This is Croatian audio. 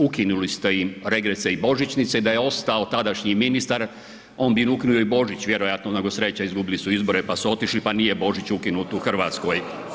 Ukinuli ste im regrese i božićnice, da je ostao tadašnji ministar on bi ukinuo i Božić vjerojatno, nego sreća izgubili su izbore pa su otišli pa nije Božić ukinut u Hrvatskoj.